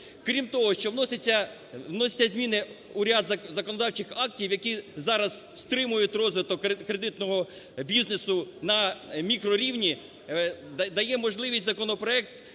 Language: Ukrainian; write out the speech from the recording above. Крім того, ще вносяться зміни у ряд законодавчих актів, які зараз стримують розвиток кредитного бізнесу намікрорівні. Дає можливість законопроект